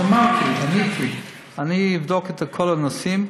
אז אמרתי, עניתי, אני אבדוק את כל הנושאים.